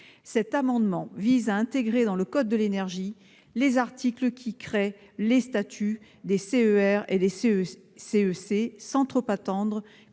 amendement vise à intégrer dans le code de l'énergie les articles instituant les statuts des CER et des CEC, sans plus attendre,